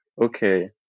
okay